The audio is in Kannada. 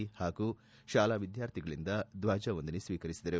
ಪಾಗು ಶಾಲಾ ವಿದ್ಯಾರ್ಥಿಗಳಿಂದ ದ್ವಜವಂದನೆ ಸ್ವೀಕರಿಸಿದರು